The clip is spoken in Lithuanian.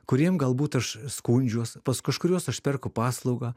kuriem galbūt aš skundžiuos pas kažkuriuos aš perku paslaugą